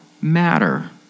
matter